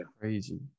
Crazy